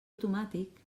automàtic